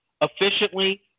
efficiently